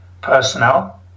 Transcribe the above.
personnel